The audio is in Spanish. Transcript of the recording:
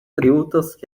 tributos